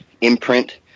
imprint